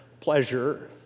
pleasure